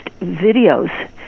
videos